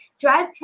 drive